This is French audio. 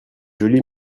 joli